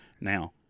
Now